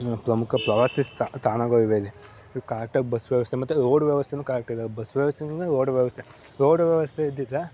ಪ್ರಮುಖ ಪ್ರವಾಸಿ ಸ್ತಾ ತಾಣಗಳು ಇವೆ ಇಲ್ಲಿ ಇಲ್ಲಿ ಕರೆಕ್ಟಾಗಿ ಬಸ್ ವ್ಯವಸ್ಥೆ ಮತ್ತೆ ರೋಡ್ ವ್ಯವಸ್ಥೆಯೂ ಕರೆಕ್ಟ್ ಇಲ್ಲ ಬಸ್ ವ್ಯವಸ್ಥೆಯೂ ಇಲ್ಲ ರೋಡ್ ವ್ಯವಸ್ಥೆ ರೋಡ್ ವ್ಯವಸ್ಥೆ ಇದ್ದಿದ್ದರೆ